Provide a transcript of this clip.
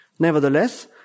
Nevertheless